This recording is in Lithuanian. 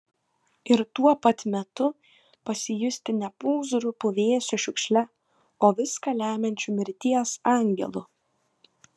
ir tuo pat metu pasijusti ne pūzru puvėsiu šiukšle o viską lemiančiu mirties angelu